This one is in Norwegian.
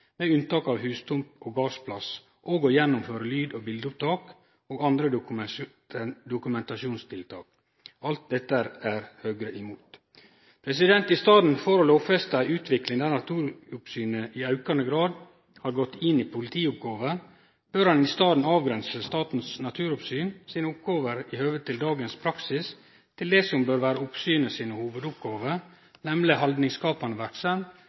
unntak av hustomt og gardsplass – og å gjennomføre lyd- og bildeopptak og andre dokumentasjonstiltak. Alt dette er Høgre imot. I staden for å lovfeste ei utvikling der Naturoppsynet i aukande grad har gått inn i politioppgåver, bør ein i staden avgrense Statens naturoppsyn sine oppgåver i høve til dagens praksis til det som bør vere oppsynet sine hovudoppgåver, nemleg haldningsskapande verksemd,